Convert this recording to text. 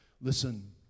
Listen